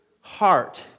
heart